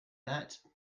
that